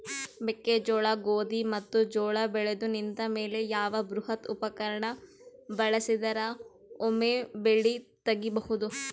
ಮೆಕ್ಕೆಜೋಳ, ಗೋಧಿ ಮತ್ತು ಜೋಳ ಬೆಳೆದು ನಿಂತ ಮೇಲೆ ಯಾವ ಬೃಹತ್ ಉಪಕರಣ ಬಳಸಿದರ ವೊಮೆ ಬೆಳಿ ತಗಿಬಹುದು?